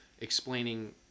explaining